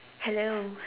hello